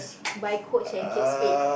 buy Coach and Kate-Spade